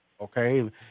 okay